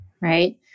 right